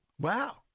Wow